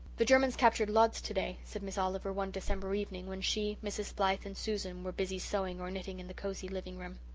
the germans captured lodz today, said miss oliver, one december evening, when she, mrs. blythe, and susan were busy sewing or knitting in the cosy living-room.